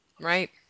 Right